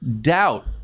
doubt